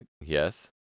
Yes